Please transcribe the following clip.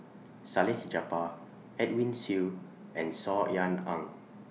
Salleh Japar Edwin Siew and Saw Ean Ang